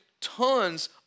tons